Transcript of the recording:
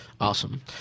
Awesome